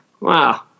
Wow